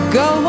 go